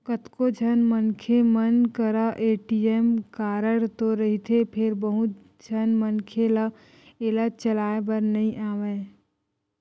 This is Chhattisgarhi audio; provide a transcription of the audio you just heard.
कतको झन मनखे मन करा ए.टी.एम कारड तो रहिथे फेर बहुत झन मनखे ल एला चलाए बर नइ आवय